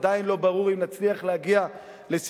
עדיין לא ברור אם נצליח להגיע לסיטואציה